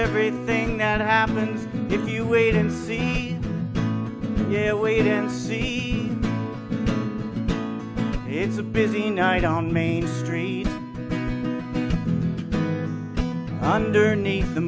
every thing that happens if you wait and see yeah wait and see it's a busy night on main street underneath the